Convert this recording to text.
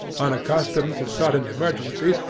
unaccustomed to sudden emergencies,